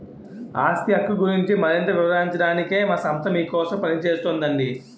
ఆస్తి హక్కు గురించి మరింత వివరించడానికే మా సంస్థ మీకోసం పనిచేస్తోందండి